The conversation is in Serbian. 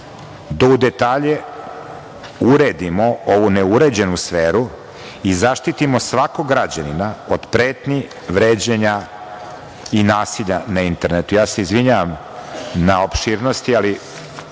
da u detalje uredimo ovu neuređenu sferu i zaštitimo svakog građanina od pretnji, vređanja i nasilja na internetu. Izvinjavam se na opširnosti, ali